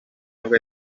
nibwo